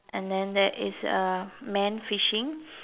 and then there is a man fishing